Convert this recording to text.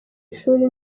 ishuri